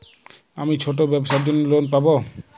আমি ছোট ব্যবসার জন্য লোন পাব?